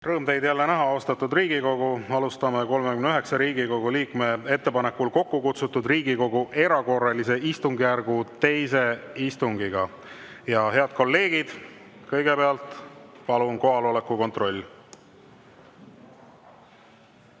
Rõõm teid jälle näha, austatud Riigikogu liikmed! Alustame 39 Riigikogu liikme ettepanekul kokku kutsutud Riigikogu erakorralise istungjärgu teist istungit. Head kolleegid, kõigepealt palun kohaloleku kontroll!